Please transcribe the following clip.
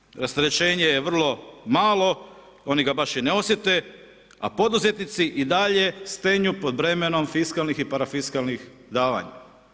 Građanima rasterećenje je vrlo malo, oni ga baš i ne osjete a poduzetnici i dalje stenju pod bremenom fiskalnih i parafiskalnih davanja.